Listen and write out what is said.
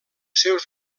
seus